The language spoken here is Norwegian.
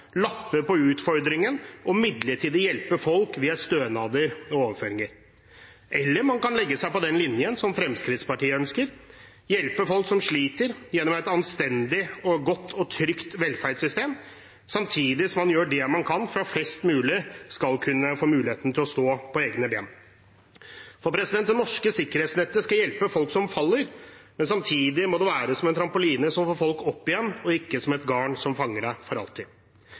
lappe på utfordringene og hjelpe folk midlertidig via stønader og overføringer. Eller man kan legge seg på den linjen som Fremskrittspartiet ønsker – hjelpe folk som sliter, gjennom et anstendig, godt og trygt velferdssystem, samtidig som man gjør det man kan for at flest mulig skal få mulighet til å stå på egne ben. Det norske sikkerhetsnettet skal hjelpe folk som faller, men samtidig må det være en trampoline som får folk opp igjen, og ikke et garn som fanger en for alltid.